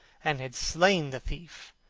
and had slain the thief,